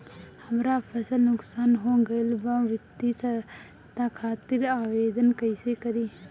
हमार फसल नुकसान हो गईल बा वित्तिय सहायता खातिर आवेदन कइसे करी?